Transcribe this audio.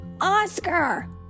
Oscar